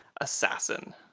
assassin